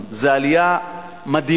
זו עלייה מדהימה.